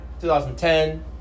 2010